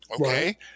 Okay